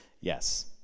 Yes